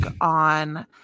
on